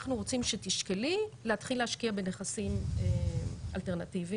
אנחנו רוצים שתשקלי להתחיל להשקיע בנכסים אלטרנטיביים,